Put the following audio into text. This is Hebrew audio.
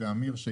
בועז